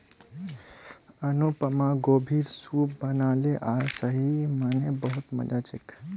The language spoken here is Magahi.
अनुपमा गोभीर सूप बनाले आर सही म न बहुत मजा छेक